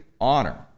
honor